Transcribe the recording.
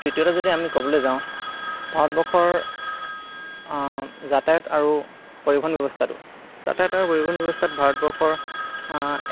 তৃতীয়তো যদি আমি ক'বলৈ যাওঁ ভাৰতবৰ্ষৰ যাতায়ত আৰু পৰিবহণ ব্যৱস্থাটো যাতায়ত আৰু পৰিবহণ ব্যৱস্থাত ভাৰতবৰ্ষৰ